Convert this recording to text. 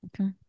Okay